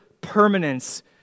permanence